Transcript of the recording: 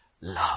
love